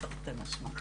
אז תודה רבה גבירתי